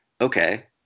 okay